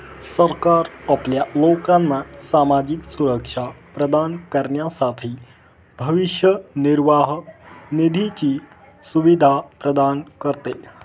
सरकार आपल्या लोकांना सामाजिक सुरक्षा प्रदान करण्यासाठी भविष्य निर्वाह निधीची सुविधा प्रदान करते